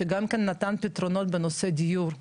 שגם נתנו פתרונות בנושא דיור.